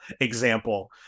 example